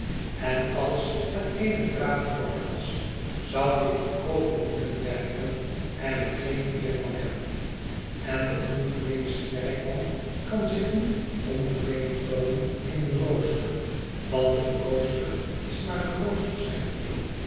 en als het eene braadvork was zou je inkoper moeten werken en er geen eer van hebben en de ongemeenste werkman kan zich niet ongemeen toonen in een rooster want een rooster is maar een rooster zeide jo